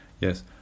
Yes